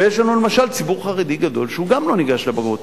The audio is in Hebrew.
ויש לנו למשל ציבור חרדי גדול שגם הוא לא ניגש לבגרות.